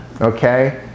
okay